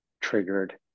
triggered